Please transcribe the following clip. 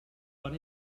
van